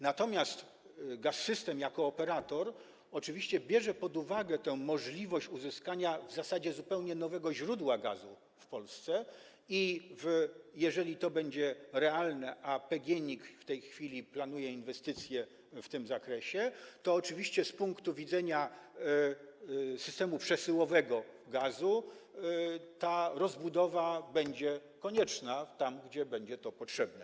Natomiast Gaz-System jako operator oczywiście bierze pod uwagę tę możliwość uzyskania w zasadzie zupełnie nowego źródła gazu w Polsce, jeżeli to będzie realne, a PGNiG w tej chwili planuje inwestycje w tym zakresie, to oczywiście z punktu widzenia systemu przesyłowego gazu ta rozbudowa będzie konieczna tam, gdzie będzie to potrzebne.